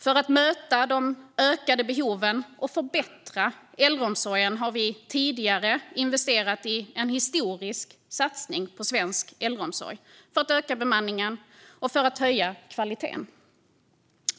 För att möta de ökade behoven och förbättra äldreomsorgen har vi tidigare investerat i en historisk satsning på svensk äldreomsorg för att öka bemanningen och för att höja kvaliteten.